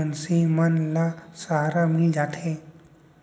मनसे मन ल सहारा मिल जाथे